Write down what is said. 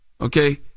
okay